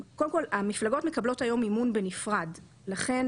המפלגות מקבלות היום מימון בנפרד, לכן